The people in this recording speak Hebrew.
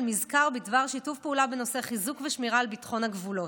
מזכר בדבר שיתוף פעולה בנושא חיזוק ושמירה על ביטחון הגבולות.